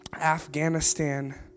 Afghanistan